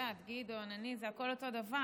את יודעת, גדעון, אני, זה הכול אותו דבר.